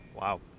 Wow